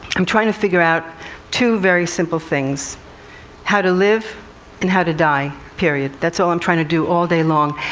i'm trying to figure out two very simple things how to live and how to die, period. that's all i'm trying to do, all day long.